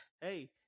hey